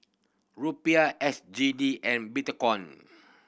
Rupiah S G D and Bitcoin